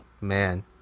man